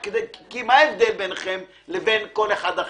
מה ההבדל ביניכם לבין כל אחד אחר?